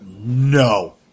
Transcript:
No